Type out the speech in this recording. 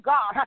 God